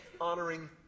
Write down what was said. honoring